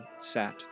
sat